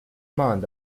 mind